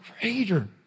greater